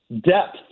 depth